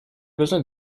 besoin